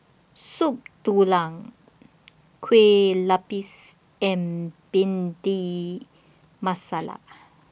Soup Tulang Kue Lupis and Bhindi Masala